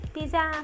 Pizza